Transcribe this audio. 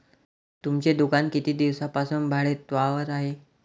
तुमचे दुकान किती दिवसांपासून भाडेतत्त्वावर आहे?